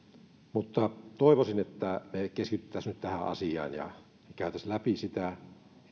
mutta toivoisin että me keskittyisimme nyt tähän asiaan ja kävisimme läpi sitä